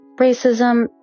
racism